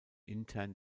intern